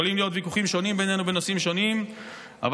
יכולים להיות ויכוחים שונים בינינו בנושאים שונים אבל